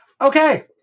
Okay